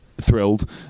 thrilled